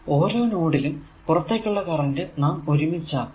ഓരോ നോഡിലും പുറത്തേക്കുള്ള കറന്റ് നാം ഒരുമിച്ചാക്കും